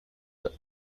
the